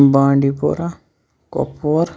بانٛڈی پوراہ کۄپوور